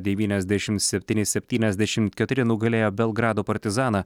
devyniasdešimt septyni septyniasdešimt keturi nugalėjo belgrado partizaną